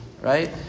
right